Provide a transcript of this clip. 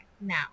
now